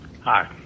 Hi